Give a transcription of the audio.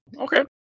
Okay